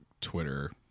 Twitter